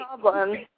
problem